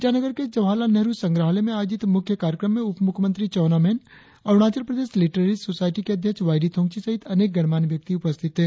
ईटानगर के जवाहर लाल नेहरु संग्रहालय में आयोजित मुख्य कार्यक्रम में उपमुख्यमंत्री चाऊना मेन अरुणाचल प्रदेश लिटेररी सोसायटी के अध्यक्ष वाईडी थोंगची सहित अनेक गणमान्य व्यक्ति उपस्थित थे